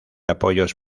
apoyos